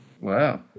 Wow